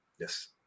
yes